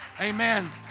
Amen